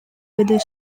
weather